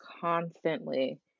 Constantly